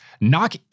knock